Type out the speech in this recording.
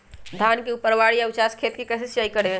धान के ऊपरवार या उचास खेत मे कैसे सिंचाई करें?